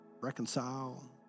reconcile